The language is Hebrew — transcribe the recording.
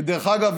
שדרך אגב,